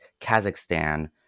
Kazakhstan